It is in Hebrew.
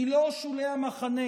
היא לא שולי המחנה.